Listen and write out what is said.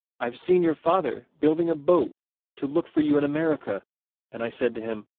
i have seen your father building a boat to look for you in america and i said to him,